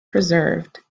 preserved